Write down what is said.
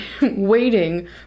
waiting